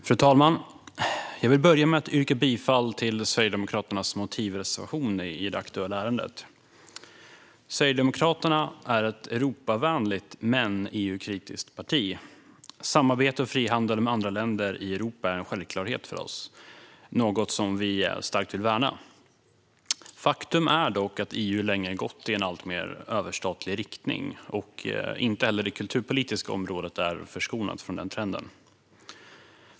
Fru talman! Jag vill börja med att yrka bifall till Sverigedemokraternas motivreservation i det aktuella ärendet. Sverigedemokraterna är ett Europavänligt men EU-kritiskt parti. Samarbete och frihandel med andra länder i Europa är en självklarhet för oss och något som vi starkt vill värna. Faktum är dock att EU länge gått i en alltmer överstatlig riktning, och inte heller det kulturpolitiska området är förskonat från denna trend.